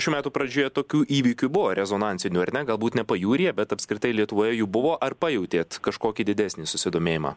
šių metų pradžioje tokių įvykių buvo rezonansinių ar ne galbūt ne pajūryje bet apskritai lietuvoje jų buvo ar pajautėt kažkokį didesnį susidomėjimą